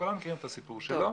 כולם מכירים את הסיפור הזה.